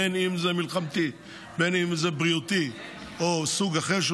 בין שזה מלחמתי ובין שזה בריאותי או מסוג אחר,